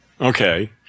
Okay